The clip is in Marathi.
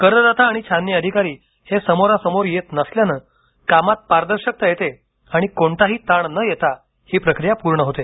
करदाता आणि छाननी अधिकारी हे समोरासमोर येत नसल्याने कामात पारदर्शकता येते आणि कोणताही ताण न येता ही प्रक्रिया पूर्ण होते